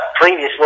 previously